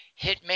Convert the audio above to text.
Hitman